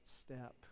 step